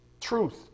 truth